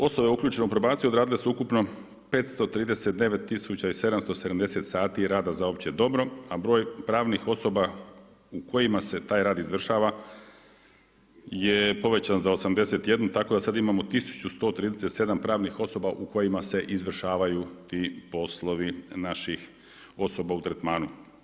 Osobe uključene u probaciju odradile su ukupno 539770 sati rada za opće dobro, a broj pravnih osoba u kojima se taj rad izvršava je povećan za 81, tako da sad imamo 1137 pravnih osoba u kojima se izvršavaju ti poslovi naših osoba u tretmanu.